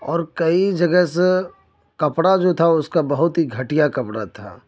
اور کئی جگہ سے کپڑا جو تھا اس کا بہت ہی گھٹیا کپڑا تھا